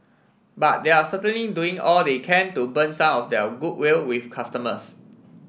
but they're certainly doing all they can to burn some of their goodwill with customers